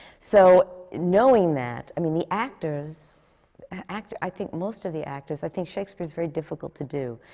so knowing that, i mean, the actors actors i think most of the actors i think shakespeare is very difficult to do,